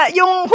yung